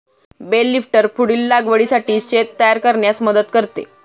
bell lifter पुढील लागवडीसाठी शेत तयार करण्यास मदत करते